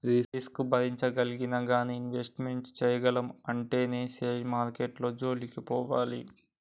risk భరించగలిగినా గానీ invest చేయగలము అంటేనే షేర్ మార్కెట్టు జోలికి పోవాలి